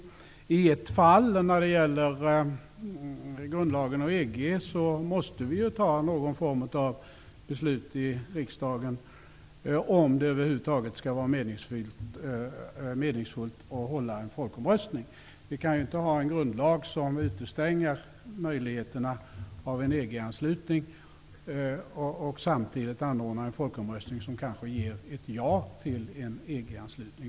När det gäller frågan om grundlagen och EG, måste vi fatta beslut i riksdagen om det över huvud taget skall vara meningsfullt att hålla en folkomröstning. Vi kan inte ha en grundlag som utestänger möjligheterna till en EG-anslutning och samtidigt anordna en folkomröstning som kanske ger ett ja till en EG-anslutning.